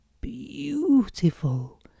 beautiful